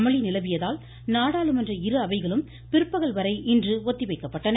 வேளாண் நிலவியதால் நாடாளுமன்ற இருஅவைகளும் பிற்பகல் வரை இன்று ஒத்தி வைக்கப்பட்டன